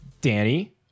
Danny